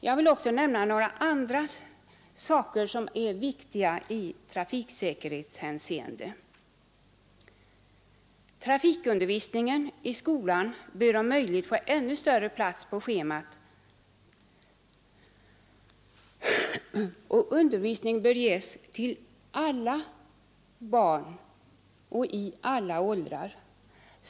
Jag vill också nämna några andra faktorer som är viktiga i trafiksäker Trafikundervisningen i skolan bör om möjligt få ännu större plats på schemat, och undervisningen bör ges till alla barn och i alla åldrar.